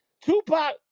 Tupac